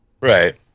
Right